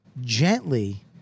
gently